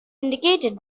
indicated